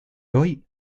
hoy